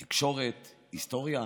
תקשורת, היסטוריה,